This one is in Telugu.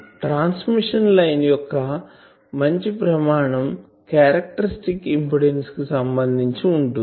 ట్రాన్మిషన్ లైన్ యొక్క మంచి ప్రమాణం క్యారక్టరిస్టిక్ ఇంపిడెన్సుకి సంబందించి ఉంటుంది